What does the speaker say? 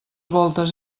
voltes